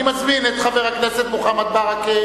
אני מזמין את חבר הכנסת מוחמד ברכה